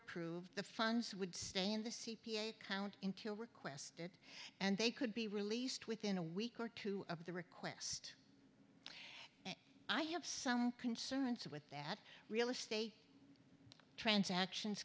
approved the funds would stay in the c p a account in kill requested and they could be released within a week or two of the request and i have some concerns with that real estate transactions